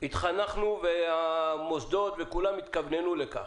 התחנכנו והמוסדות וכולם התכווננו לכך.